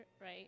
right